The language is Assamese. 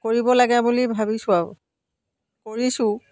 কৰিব লাগে বুলি ভাবিছোঁ আৰু কৰিছোঁ